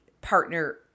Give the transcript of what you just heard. partner